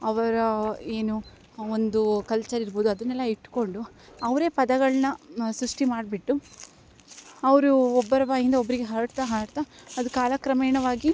ಅವರು ಏನು ಒಂದು ಕಲ್ಚರ್ ಇರಬೌದು ಅದನ್ನೆಲ್ಲ ಇಟ್ಕೊಂಡು ಅವರೆ ಪದಗಳನ್ನ ಸೃಷ್ಟಿ ಮಾಡಿಬಿಟ್ಟು ಅವರು ಒಬ್ಬರ ಬಾಯಿಂದ ಒಬ್ರಿಗೆ ಹರಡ್ತಾ ಹರಡ್ತಾ ಅದು ಕಾಲಕ್ರಮೇಣವಾಗಿ